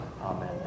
Amen